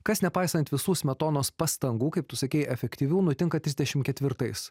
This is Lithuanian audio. kas nepaisant visų smetonos pastangų kaip tu sakei efektyvių nutinka trisdešim ketvirtais